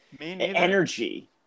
energy